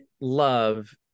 love